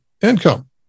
income